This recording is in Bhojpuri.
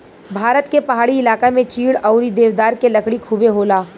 भारत के पहाड़ी इलाका में चीड़ अउरी देवदार के लकड़ी खुबे होला